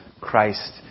Christ